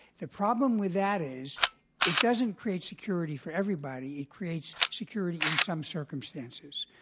the problem with that is it doesn't create security for everybody. it creates security in some circumstances.